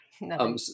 no